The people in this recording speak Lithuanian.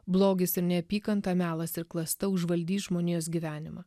blogis ir neapykanta melas ir klasta užvaldys žmonijos gyvenimą